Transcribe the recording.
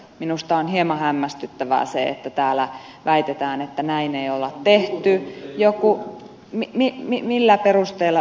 minusta on hieman hämmästyttävää se että täällä väitetään että näin ei ole tehty millä perusteella ed